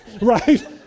Right